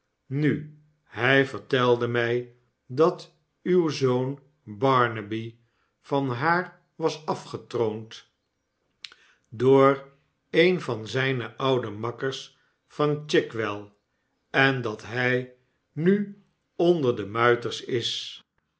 nu hij vertelde mij dat uw zoon barnaby van haar was afgetroond door een van zijne oude makkers van chigwell en dat hij nu onder de muiters is